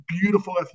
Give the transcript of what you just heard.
beautiful